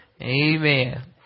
Amen